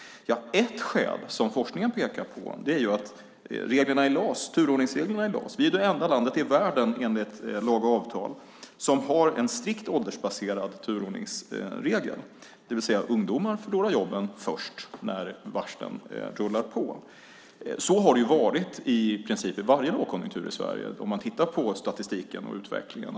Ett skäl, som forskningen pekar på, är turordningsreglerna i LAS. Vi är det enda landet i världen som, enligt lag och avtal, har en strikt åldersbaserad turordningsregel, det vill säga att ungdomar förlorar jobben först när varslen rullar på. Så har det varit i princip i varje lågkonjunktur i Sverige om man tittar på statistiken och utvecklingen.